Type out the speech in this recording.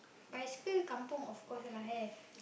bicycle kampung of course lah have